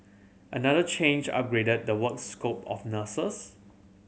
another change upgraded the work scope of nurses